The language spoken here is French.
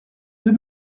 deux